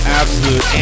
absolute